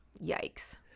Yikes